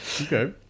Okay